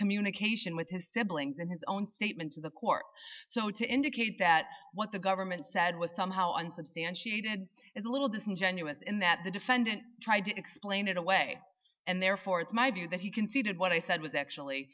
communication with his siblings and his own statements in the court so to indicate that what the government said was somehow unsubstantiated is a little disingenuous in that the defendant tried to explain it away and therefore it's my view that he conceded what i said was actually